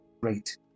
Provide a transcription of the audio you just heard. great